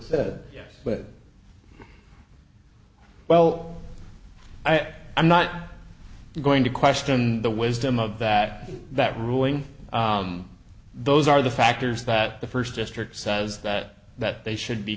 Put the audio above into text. a well i i'm not going to question the wisdom of that that ruling those are the factors that the first district says that that they should be